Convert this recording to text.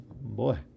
boy